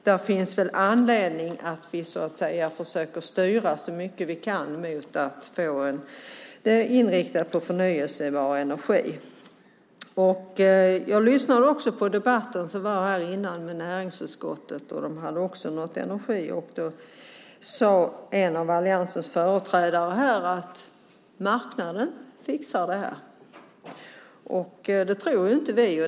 Det finns väl anledning att vi försöker styra så mycket vi kan mot att få en inriktning på förnybar energi. Jag lyssnade också på den debatt som var här tidigare med näringsutskottet. De pratade också om energi, och då sade en av alliansens företrädare att marknaden fixar det här. Det tror inte vi.